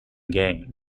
game